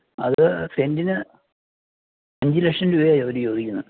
അത് സെൻറ്റിന് അഞ്ച് ലക്ഷം രൂപയാണ് അവർ ചോദിക്കുന്നു